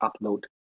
upload